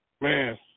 Man